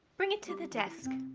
bring it to the desk.